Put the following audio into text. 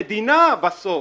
המדינה בסוף,